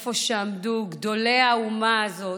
המקום שבו עמדו גדולי האומה הזאת,